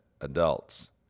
adults